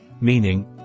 Meaning